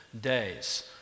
days